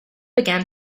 began